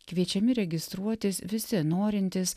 kviečiami registruotis visi norintys